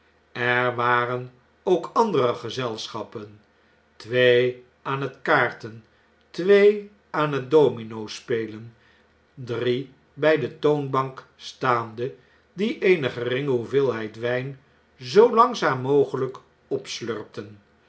er waren ook andere gezelschappen twee aan het kaarten twee aan het dominospelen drie bjj de toonbank staande die eene geringe hoeveelheid wjjn zoo langzaam mogel jjk opslurpten